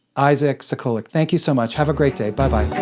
isaac sacolick. thank you so much. have a great day. bye-bye.